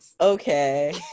Okay